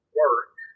work